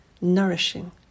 nourishing